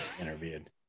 interviewed